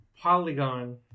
Polygon